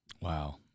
Wow